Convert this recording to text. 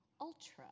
ultra